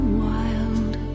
wild